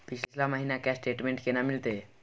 पिछला महीना के स्टेटमेंट केना मिलते?